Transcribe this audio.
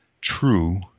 true